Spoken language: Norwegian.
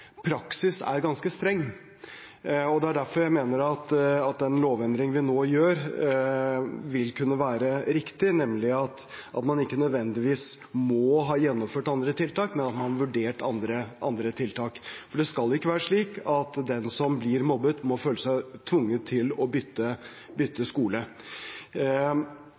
praksis er ganske streng. Det er derfor jeg mener at den lovendringen vi nå gjør, vil kunne være riktig, nemlig at man ikke nødvendigvis må ha gjennomført andre tiltak, men at man har vurdert andre tiltak – for det skal ikke være slik at den som blir mobbet, må føle seg tvunget til å bytte skole.